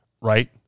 right